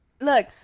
Look